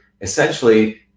essentially